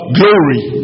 glory